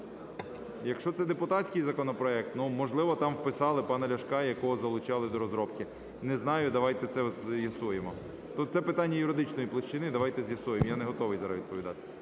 Якщо це депутатський законопроект, можливо, там вписали пана Ляшка, якого залучали до розробки. Не знаю, давайте це з'ясуємо. Це питання юридичної площини, давайте з'ясуємо. Я не готовий зараз відповідати.